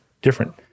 different